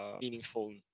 meaningful